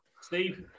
Steve